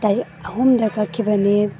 ꯇꯥꯔꯤꯛ ꯑꯍꯨꯝꯗ ꯀꯛꯈꯤꯕꯅꯤ